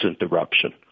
interruption